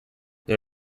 they